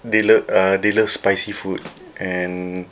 they love uh they love spicy food and